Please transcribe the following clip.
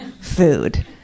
food